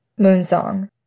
Moonsong